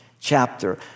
chapter